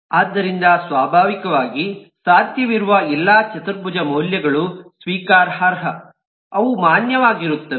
ಆದ್ದರಿಂದ ಸ್ವಾಭಾವಿಕವಾಗಿ ಸಾಧ್ಯವಿರುವ ಎಲ್ಲಾ ಚತುರ್ಭುಜ ಮೌಲ್ಯಗಳು ಸ್ವೀಕಾರಾರ್ಹ ಅವು ಮಾನ್ಯವಾಗಿರುತ್ತವೆ